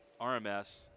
RMS